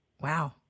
Wow